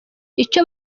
icyo